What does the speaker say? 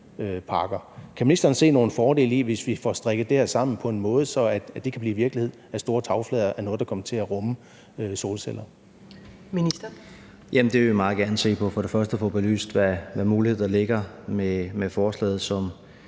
Kan ministeren se nogle fordele i, at vi får strikket det her sammen på en måde, så det kan blive virkelighed, at store tagflader er noget, der kommer til at rumme solceller?